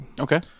okay